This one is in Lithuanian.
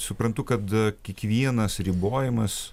suprantu kad kiekvienas ribojimas